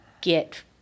get